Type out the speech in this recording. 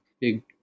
big